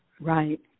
Right